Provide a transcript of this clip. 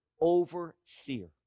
overseer